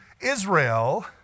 Israel